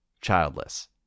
childless